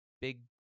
Big